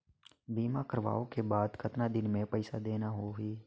बीमा करवाओ के बाद कतना दिन मे पइसा देना हो ही?